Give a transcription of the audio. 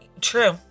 True